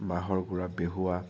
বাহঁৰ গুড়া বেহুৱা